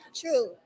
true